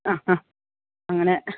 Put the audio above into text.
ആ ആ അങ്ങനെ